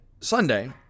Sunday